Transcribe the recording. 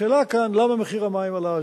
השאלה כאן למה מחיר המים עלה.